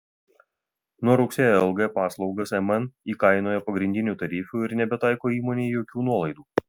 nuo rugsėjo lg paslaugas mn įkainojo pagrindiniu tarifu ir nebetaiko įmonei jokių nuolaidų